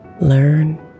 learn